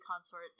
consort